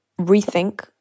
rethink